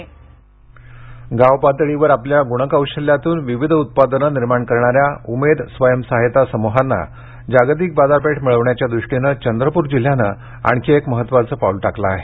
चंद्रपूर गावपातळीवर आपल्या गुणकौशल्यातून विविध उत्पादन निर्माण करणाऱ्या उमेद स्वयंसहायता समुहांना जागतिक बाजारपेठ मिळवण्याच्या दृष्टीने चंद्रपूर जिल्हयाने आणखी एक महत्वाचे पाऊल टाकले आहे